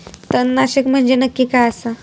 तणनाशक म्हंजे नक्की काय असता?